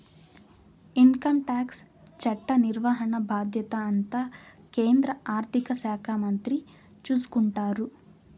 income tax చట్ట నిర్వహణ బాధ్యత అంతా కేంద్ర ఆర్థిక శాఖ మంత్రి చూసుకుంటారు